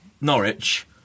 Norwich